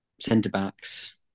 centre-backs